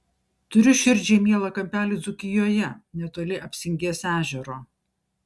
turiu širdžiai mielą kampelį dzūkijoje netoli apsingės ežero